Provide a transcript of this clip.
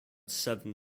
seven